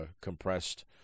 compressed